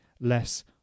less